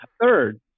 Third